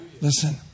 Listen